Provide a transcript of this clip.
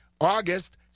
August